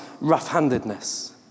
rough-handedness